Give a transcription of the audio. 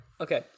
okay